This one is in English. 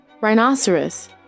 Rhinoceros